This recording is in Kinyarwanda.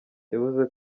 yavuze